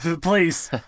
please